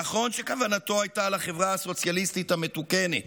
נכון שכוונתו הייתה לחברה הסוציאליסטית המתוקנת,